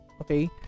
Okay